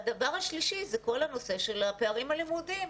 הדבר השלישי זה כל הנושא של הפערים הלימודיים.